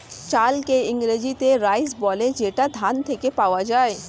চালকে ইংরেজিতে রাইস বলে যেটা ধান থেকে পাওয়া যায়